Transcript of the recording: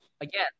again